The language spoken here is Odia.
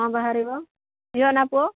ହଁ ବାହାରିବ ଝିଅ ନା ପୁଅ